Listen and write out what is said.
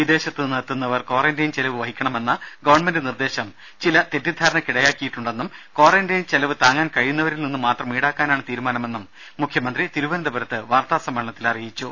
വിദേശത്തു നിന്നെത്തുന്നവർ ക്വാറന്റൈൻ ചെലവ് വഹിക്കണമെന്ന ഗവൺമെന്റ് നിർദ്ദേശം ചില തെറ്റിദ്ധാരണയ്ക്കിടയാക്കിയെന്നും ക്വാറന്റൈൻ ചെലവ് താങ്ങാൻ കഴിയുന്നവരിൽ നിന്ന് മാത്രം ഈടാക്കാനാണ് തീരുമാനമെന്നും മുഖ്യമന്ത്രി തിരുവനന്തപുരത്ത് വാർത്താ സമ്മേളനത്തിൽ അറിയിച്ചു